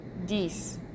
10